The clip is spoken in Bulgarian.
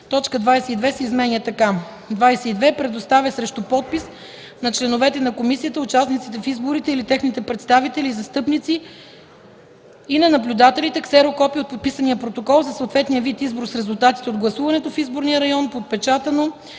точка 22 се изменя така: